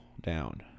down